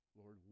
Lord